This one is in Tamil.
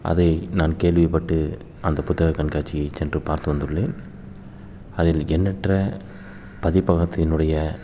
அதை நான் கேள்விப்பட்டு அந்த புத்தகம் கண்காட்சியை சென்று பார்த்து வந்துள்ளேன் அதில் எண்ணற்ற பதிப்பகத்தினுடைய